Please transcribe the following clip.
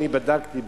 אני בדקתי,